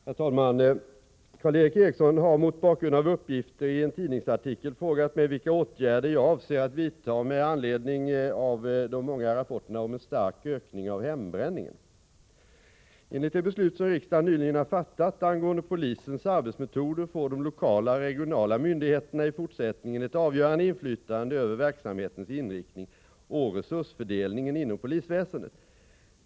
Herr talman! Karl Erik Eriksson har mot bakgrund av uppgifter i en tidningsartikel frågat mig vilka åtgärder jag avser att vidta med anledning av de många rapporterna om en stark ökning av hembränningen. Enligt det beslut som riksdagen nyligen har fattat angående polisens arbetsmetoder får de lokala och regionala myndigheterna i fortsättningen ett avgörande inflytande över verksamhetens inriktning och resursfördelningen inom polisväsendet.